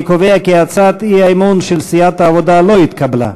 אני קובע כי הצעת האי-אמון של סיעת העבודה לא התקבלה.